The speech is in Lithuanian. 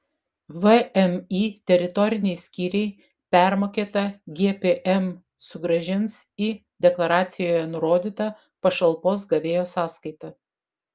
vmi teritoriniai skyriai permokėtą gpm sugrąžins į deklaracijoje nurodytą pašalpos gavėjo sąskaitą